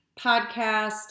podcast